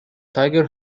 tiger